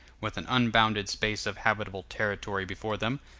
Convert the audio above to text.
with an unbounded space of habitable territory before them,